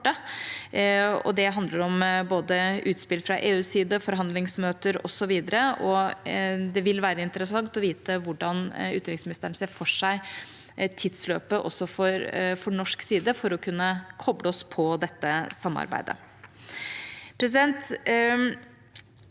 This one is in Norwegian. det handler om både utspill fra EUs side, forhandlingsmøter osv., og det vil være interessant å vite hvordan utenriksministeren ser for seg tidsløpet for norsk side for å kunne koble oss på dette samarbeidet.